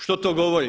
Što to govori?